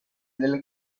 delle